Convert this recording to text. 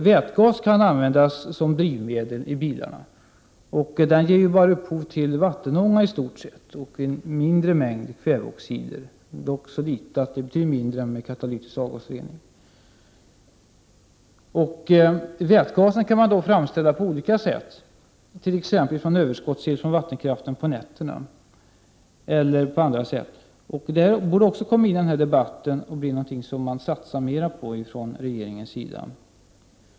Vätgas kan användas som drivmedel i bilar, och den ger i stort sett bara upphov till vattenånga och mindre mängder kväveoxider, som dock är så små att de är betydligt mindre än vid katalytisk avgasrening. Vätgas kan framställas på olika sätt, t.ex. från överskottsel från vattenkraft på nätterna. Detta bör tas upp i debatten, och det bör satsas mera på detta från regeringens sida.